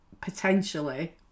potentially